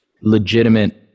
legitimate